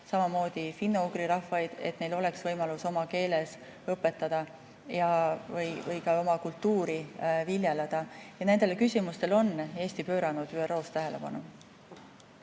samamoodi soome-ugri rahvaid, et neil oleks võimalus oma keeles õpetada ja ka oma kultuuri viljeleda. Nendele küsimustele on Eesti pööranud ÜRO-s tähelepanu.